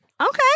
Okay